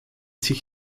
sich